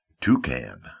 Toucan